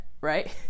right